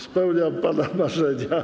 Spełniam pana marzenia.